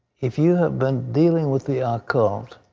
if you have been dealing with the ah occult,